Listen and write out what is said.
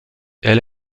elle